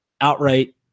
outright